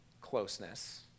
closeness